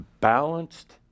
balanced